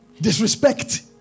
Disrespect